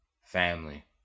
Family